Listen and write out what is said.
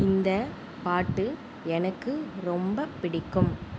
இந்தப் பாட்டு எனக்கு ரொம்பப் பிடிக்கும்